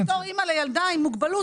אני אומרת בתור אימא לילדה עם מוגבלות,